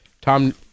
Tom